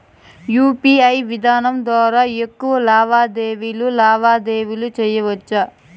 UPI విధానం ద్వారా ఎక్కువగా లావాదేవీలు లావాదేవీలు సేయొచ్చా?